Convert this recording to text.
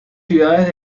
ciudades